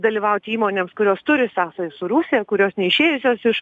dalyvauti įmonėms kurios turi sąsajų su rusija kurios neišėjusios iš